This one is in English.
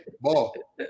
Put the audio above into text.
ball